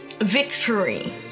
victory